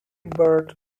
burt